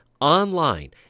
online